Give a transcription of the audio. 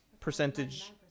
percentage